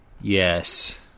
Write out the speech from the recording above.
Yes